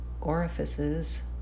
orifices